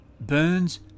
Burns